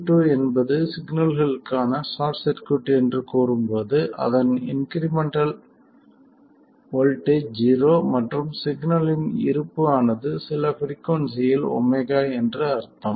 C2 என்பது சிக்னல்களுக்கான short circuit என்று கூறும்போது அதன் இன்க்ரிமெண்டல் வோல்ட்டேஜ் ஜீரோ மற்றும் சிக்னலின் இருப்பு ஆனது சில பிரிக்குயின்சியில் ஒமேகா என்று அர்த்தம்